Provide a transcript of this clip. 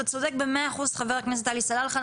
אתה צודק ח"כ עלי סלאלחה,